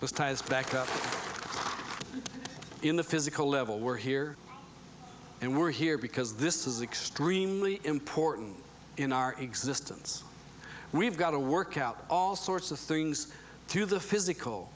those ties back out in the physical level we're here and we're here because this is extremely important in our existence we've got to work out all sorts of things to the physical